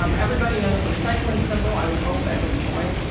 um everybody knows the recycling symbol, i would hope at this point,